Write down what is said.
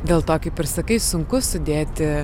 dėl to kaip ir sakai sunku sudėti